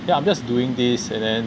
then I'm just doing this and then